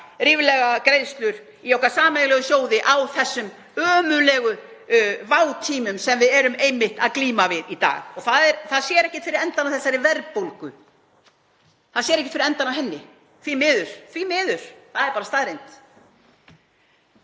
ríflegar greiðslur í okkar sameiginlegu sjóði á þessum ömurlegu vátímum sem við erum að glíma við í dag. Og það sér ekkert fyrir endann á þessari verðbólgu, það sér ekki fyrir endann á henni, því miður. Það er bara staðreynd.